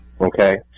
okay